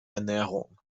ernährung